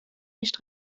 nicht